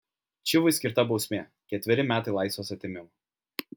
čivui skirta bausmė ketveri metai laisvės atėmimo